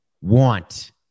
want